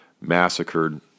massacred